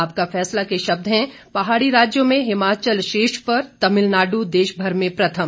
आपका फैसला के शब्द हैं पहाड़ी राज्यों में हिमाचल शीर्ष पर तमिलनाडू देश भर में प्रथम